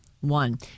One